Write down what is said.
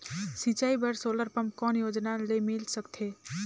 सिंचाई बर solar pump कौन योजना ले मिल सकथे?